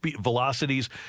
velocities